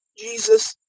jesus,